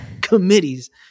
committees